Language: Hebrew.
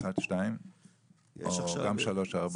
1, 2 או גם 3, 4?